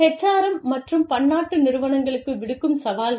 HRM மற்றும் பன்னாட்டு நிறுவனங்களுக்கு விடுக்கும் சவால்கள்